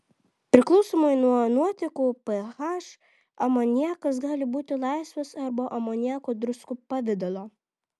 priklausomai nuo nuotekų ph amoniakas gali būti laisvas arba amoniako druskų pavidalo